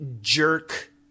jerk